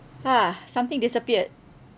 ah something disappeared